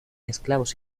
esclavos